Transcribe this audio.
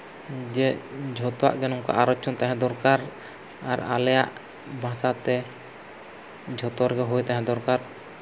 ᱡᱮ ᱡᱷᱚᱛᱚᱣᱟᱜ ᱜᱮ ᱱᱚᱝᱠᱟ ᱟᱞᱚᱪᱪᱚ ᱛᱟᱦᱮᱸ ᱫᱚᱨᱠᱟᱨ ᱟᱨ ᱟᱞᱮᱭᱟᱜ ᱵᱷᱟᱥᱟ ᱛᱮ ᱡᱷᱚᱛᱚ ᱨᱮᱜᱮ ᱦᱩᱭ ᱛᱟᱦᱮᱸ ᱫᱚᱨᱠᱟᱨ